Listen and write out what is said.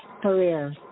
Career